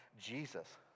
Jesus